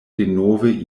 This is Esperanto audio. denove